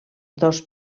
dos